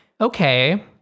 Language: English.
okay